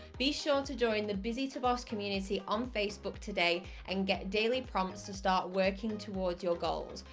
be sure to join the busy to boss community on facebook today and get daily prompts to start working towards your goals.